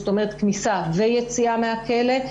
זאת אומרת כניסה ויציאה מהכלא,